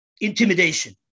intimidation